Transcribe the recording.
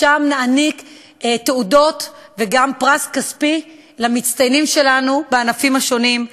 שם נעניק תעודות וגם פרס כספי למצטיינים שלנו בענפים השונים.